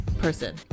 person